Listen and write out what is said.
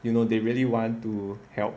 you know they really want to help